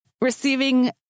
receiving